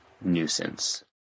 nuisance